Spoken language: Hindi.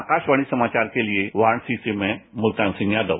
आकाशवाणी समाचार के लिए वाराणसी से में मुल्तान सिंह यादव